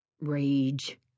rage